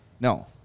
No